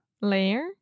Layer